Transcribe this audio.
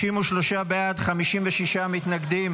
33 בעד, 56 מתנגדים.